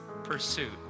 pursuit